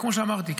כמו שאמרתי,